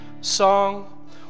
song